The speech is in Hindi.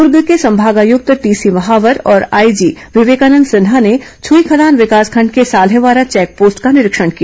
दूर्ग के संभागायुक्त टीसी महावर और आईजी विवेकानंद सिन्हा ने छईखदान विकासखंड के साल्हेवारा चेक पोस्ट का निरीक्षण किया